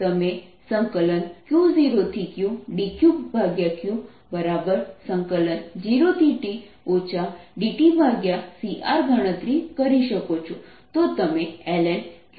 તેથી તમે Q0QdQQ 0t dtCR ગણતરી કરી શકો છો